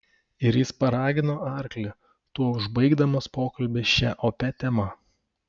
ir jis paragino arklį tuo užbaigdamas pokalbį šia opia tema